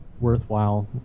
worthwhile